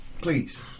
Please